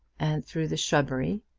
and through the shrubbery,